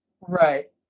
right